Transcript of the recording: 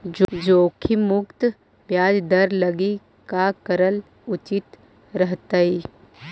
जोखिम मुक्त ब्याज दर लागी का करल उचित रहतई?